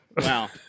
Wow